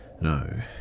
No